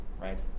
right